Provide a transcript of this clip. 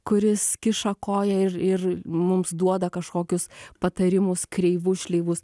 kuris kiša koją ir ir mums duoda kažkokius patarimus kreivus šleivus